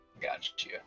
Gotcha